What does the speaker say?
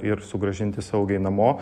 ir sugrąžinti saugiai namo